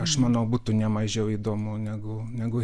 aš manau būtų nemažiau įdomu negu negu